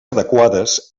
adequades